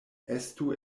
estu